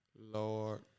Lord